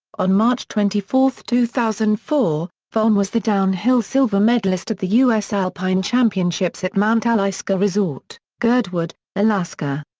on march twenty four, two thousand and four, vonn was the downhill silver medalist at the u s. alpine championships at mt. alyeska resort, girdwood, alaska.